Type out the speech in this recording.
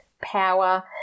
power